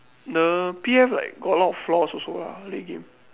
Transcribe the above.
the P_F like got a lot of floors also lah that game